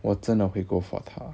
我真的会 go for 他